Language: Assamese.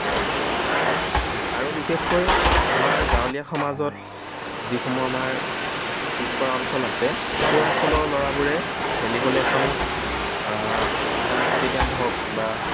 আৰু বিশেষকৈ আমাৰ গাঁৱলীয়া সমাজত যিসমূহ আমাৰ পিছপৰা অঞ্চল আছে সেই অঞ্চলৰ ল'ৰাবোৰে খেলিবলৈ এখন ভাল ষ্টেডিয়াম হওক বা